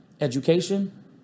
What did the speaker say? education